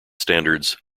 standards